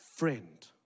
Friend